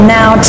now